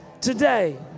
Today